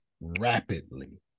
Rapidly